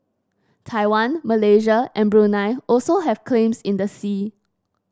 Taiwan Malaysia and Brunei also have claims in the sea